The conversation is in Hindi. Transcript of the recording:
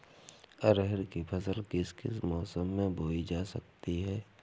अरहर की फसल किस किस मौसम में बोई जा सकती है?